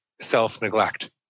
self-neglect